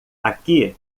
aqui